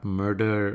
murder